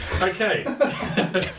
Okay